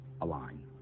align